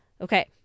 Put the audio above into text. Okay